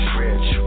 rich